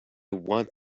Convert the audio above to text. want